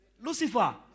Lucifer